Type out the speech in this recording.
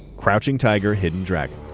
crouching tiger, hidden dragon.